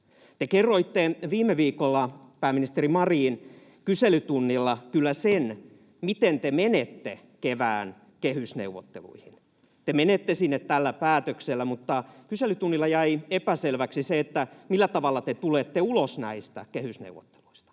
Te kerroitte viime viikolla, pääministeri Marin, kyselytunnilla kyllä sen, miten te menette kevään kehysneuvotteluihin. Te menette sinne tällä päätöksellä. Mutta kyselytunnilla jäi epäselväksi se, millä tavalla te tulette ulos näistä kehysneuvotteluista.